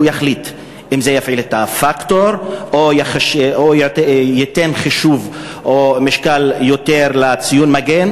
הוא יחליט אם יפעיל את הפקטור או ייתן חישוב או משקל יתר לציון מגן.